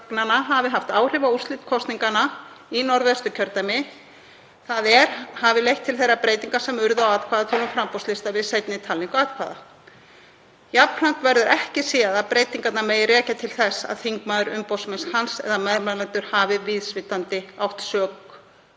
þ.e. hafi leitt til þeirra breytinga sem urðu á atkvæðatölum framboðslista við seinni talningu atkvæða. Jafnframt verður ekki séð að breytingarnar megi rekja til þess að þingmaður, umboðsmaður hans eða meðmælendur hafi vísvitandi átt sök